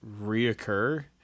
reoccur